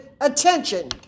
attention